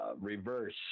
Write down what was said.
reverse